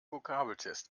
vokabeltest